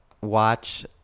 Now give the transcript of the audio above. watch